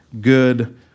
good